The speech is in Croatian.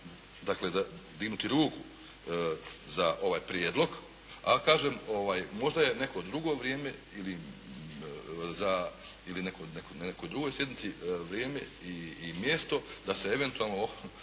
dakle dignuti ruku za ovaj prijedlog, a kažem možda je neko drugo vrijeme ili na nekoj drugoj sjednici vrijeme i mjesto da se eventualno